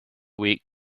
week